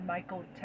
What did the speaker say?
Michael